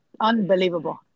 unbelievable